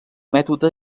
mètode